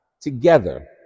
together